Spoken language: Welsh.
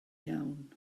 iawn